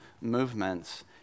movements